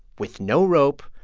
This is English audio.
with no rope,